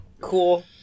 Cool